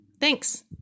Thanks